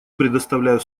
предоставляю